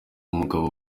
umugabo